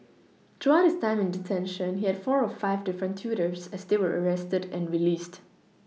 throughout his time in detention he had four or five different tutors as they were arrested and released